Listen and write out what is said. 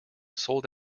sold